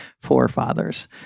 forefathers